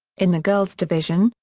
in the girls division,